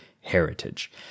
heritage